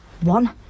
One